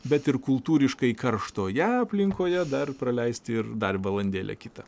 bet ir kultūriškai karštoje aplinkoje dar praleisti ir dar valandėlę kitą